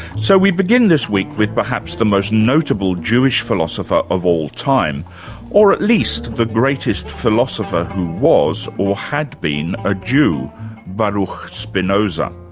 so we begin this week with perhaps the most notable jewish philosopher of all time or at least the greatest philosopher who was or had been a jew baruch spinoza.